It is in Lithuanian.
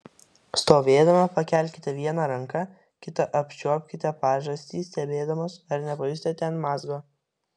stovėdama pakelkite vieną ranką kita apčiuopkite pažastį stebėdamos ar nepajusite ten mazgo